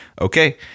okay